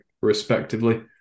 respectively